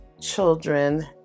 children